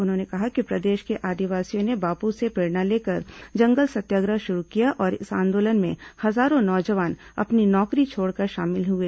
उन्होंने कहा कि प्रदेश के आदिवासियों ने बापू से प्रेरणा लेकर जंगल सत्याग्रह शुरू किया और इस आंदोलन में हजारों नौजवान अपनी नौकरी छोड़कर शामिल हुए